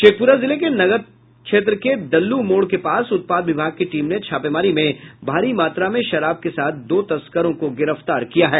शेखपुरा जिले के नगर क्षेत्र के दल्लू मोड़ के पास उत्पाद विभाग की टीम ने छापामारी में भारी मात्रा में शराब के साथ दो तस्करों को गिरफ्तार किया है